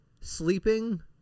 sleeping